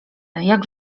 jak